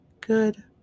good